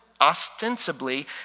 ostensibly